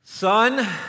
Son